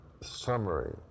summary